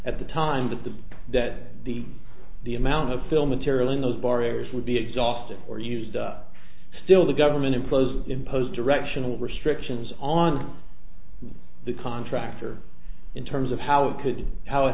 at the time that the that the the amount of film material in those borrowers would be exhausted or used up still the government imposed imposed directional restrictions on the contractor in terms of how it could how it